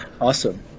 awesome